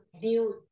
build